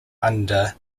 under